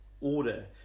order